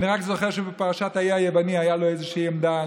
אני רק זוכר שבפרשת האי היווני הייתה לו איזושהי עמדה.